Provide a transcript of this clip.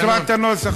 אני אקרא את הנוסח.